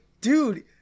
Dude